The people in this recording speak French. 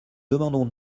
demandons